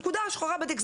נקודה שחורה בתיק,